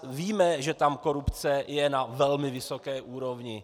Víme, že tam korupce je na velmi vysoké úrovni.